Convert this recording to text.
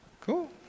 Cool